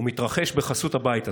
והוא מתרחש בחסות הבית הזה.